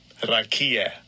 Rakia